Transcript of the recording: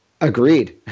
Agreed